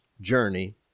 journey